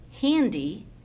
handy